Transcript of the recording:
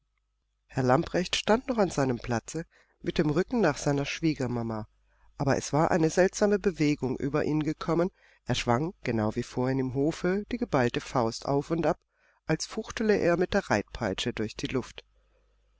herr lamprecht stand noch an seinem platze mit dem rücken nach seiner schwiegermama aber es war eine seltsame bewegung über ihn gekommen er schwang genau wie vorhin im hofe die geballte faust auf und ab als fuchtele er mit der reitpeitsche durch die luft